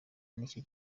n’icyo